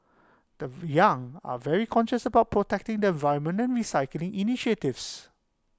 the young are very conscious about protecting the environment and recycling initiatives